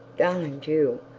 darling jewel.